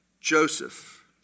Joseph